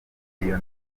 iyo